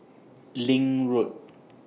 LINK Road